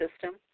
system